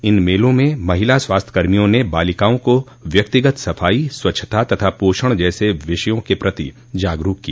इन मेलों में महिला स्वास्थ्य कर्मियों ने बालिकाओं को व्यक्तिगत सफाई स्वच्छता तथा पोषण जैसे विषयों के प्रति जागरूक किया